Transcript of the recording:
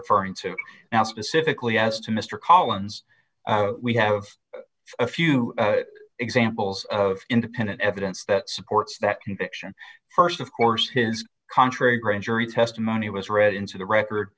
referring to now specifically as to mr collins we have a few examples of independent evidence that supports that action st of course his contrary grand jury testimony was read into the